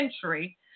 century